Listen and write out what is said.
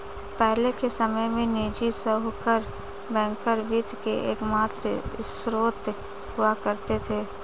पहले के समय में निजी साहूकर बैंकर वित्त के एकमात्र स्त्रोत हुआ करते थे